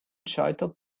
scheitert